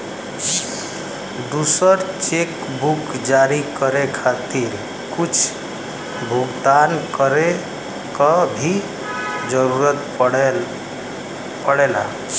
दूसर चेकबुक जारी करे खातिर कुछ भुगतान करे क भी जरुरत पड़ेला